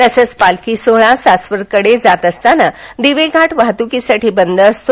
तसंच पालखी सोहळा सासवड कडे जात असताना दिवे घाट वाहतुकीसाठी बंद असतो